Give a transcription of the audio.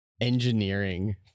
engineering